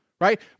right